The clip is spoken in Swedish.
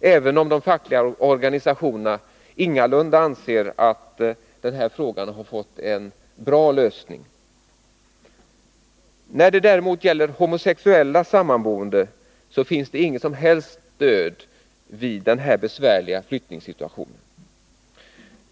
även om de fackliga organisationerna ingalunda anser att den här frågan har fått en bra lösning. När det däremot gäller homosexuella sammanboende utgår inget som helst stöd vid en sådan här besvärlig flyttningssituation.